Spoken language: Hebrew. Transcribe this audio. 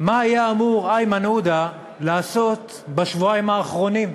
מה היה איימן עודה אמור לעשות בשבועיים האחרונים.